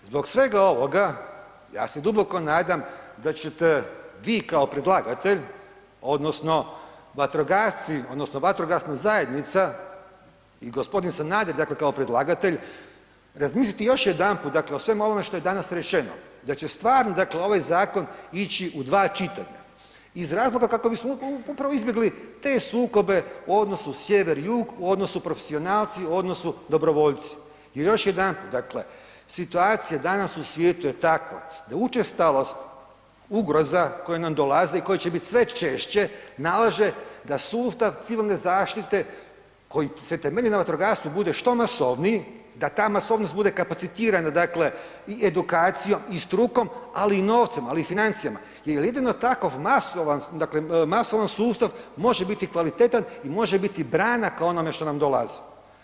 Zbog svega ovoga ja se duboko nadam da ćete vi kao predlagatelj odnosno vatrogasci odnosno vatrogasna zajednica i g. Sanader, dakle kao predlagatelj razmisliti još jedanput, dakle o svemu ovome što je danas rečeno, da će stvarno dakle ovaj zakon ići u dva čitanja iz razloga kako bismo upravo izbjegli te sukobe u odnosu sjever-jug, u odnosu profesionalci, u odnosu dobrovoljci jer još jedanput, dakle situacija danas u svijeta je takva da učestalost ugroza koje nam dolaze i koje će bit sve češće nalaže da sustav civilne zaštite koji se temelji na vatrogastvu bude što masovniji, da ta masovnost bude kapacitirana, dakle i edukacijom i strukom, ali i novcem, ali i financijama, jer jedino takav masovan, dakle masovan sustav može biti kvalitetan i može biti brana ka onome šta nam dolazi.